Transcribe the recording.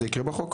אז זה יקרה בחוק.